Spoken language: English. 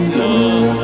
love